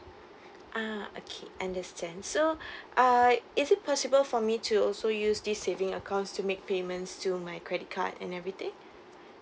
ah okay understand so uh is it possible for me to also use this saving account to make payments to my credit card and everything